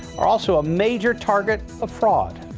also a major target of fraud.